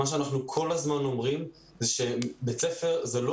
מה שאנחנו כל הזמן אומרים זה שבית ספר זה לא